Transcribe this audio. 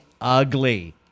ugly